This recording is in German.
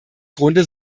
grunde